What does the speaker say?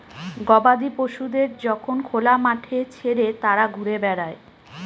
গবাদি পশুদের যখন খোলা মাঠে ছেড়ে তারা ঘুরে বেড়ায়